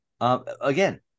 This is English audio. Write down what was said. Again